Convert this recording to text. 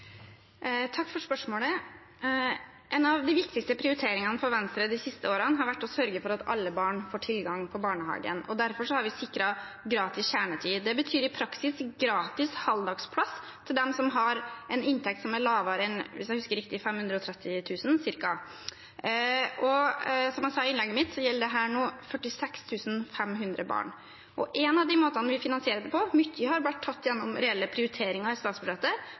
Takk for spørsmålet. En av de viktigste prioriteringene for Venstre de siste årene har vært å sørge for at alle barn får tilgang på barnehage, og derfor har vi sikret gratis kjernetid. Det betyr i praksis gratis halvdagsplass til dem som har en inntekt som er lavere enn ca. 530 000, hvis jeg husker riktig, og som jeg sa i innlegget mitt, gjelder dette nå 46 500 barn. Mye har blitt tatt gjennom reelle prioriteringer i statsbudsjettet, men en av de måtene vi finansierer denne utvidelsen på,